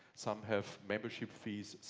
some have membership fees,